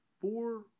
four